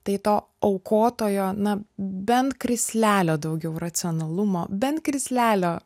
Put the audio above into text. tai to aukotojo na bent krislelio daugiau racionalumo bent krislelio